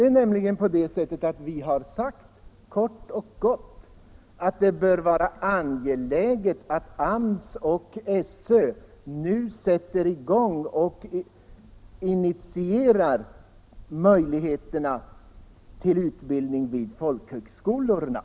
Vi har nämligen kort och gott sagt att det bör vara angeläget att AMS och SÖ nu sätter i gång och initierar utbildning vid folkhögskolorna.